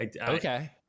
Okay